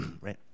Right